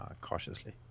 cautiously